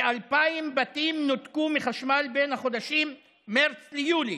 כ-2,000 בתים נותקו מחשמל בין החודשים מרץ ליולי,